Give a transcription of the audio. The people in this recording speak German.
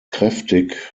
kräftig